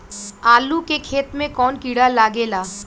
आलू के खेत मे कौन किड़ा लागे ला?